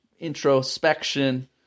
introspection